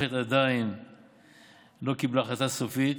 המערכת עדיין לא קיבלה החלטה סופית.